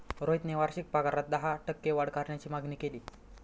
रोहितने वार्षिक पगारात दहा टक्के वाढ करण्याची मागणी केली